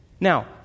Now